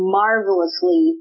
marvelously